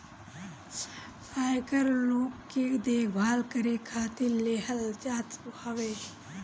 आयकर लोग के देखभाल करे खातिर लेहल जात हवे